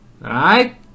right